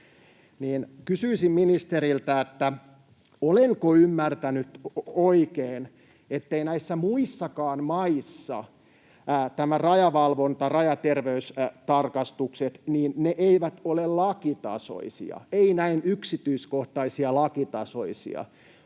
kysyisin ministeriltä: olenko ymmärtänyt oikein, että eivät muissakaan maissa tämä rajavalvonta ja rajaterveystarkastukset ole lakitasoisia, eivät näin yksityiskohtaisesti lakitasoisia,